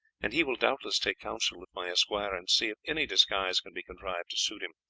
and he will doubtless take counsel with my esquire and see if any disguise can be contrived to suit him.